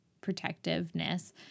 protectiveness